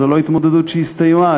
זו לא התמודדות שהסתיימה,